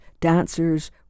dancers